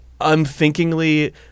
unthinkingly